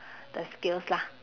the skills lah